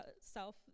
self